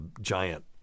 giant